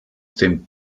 dem